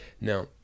Now